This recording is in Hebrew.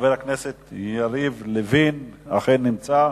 חבר הכנסת יריב לוין אכן נמצא.